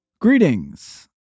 Greetings